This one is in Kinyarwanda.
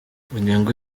inyungu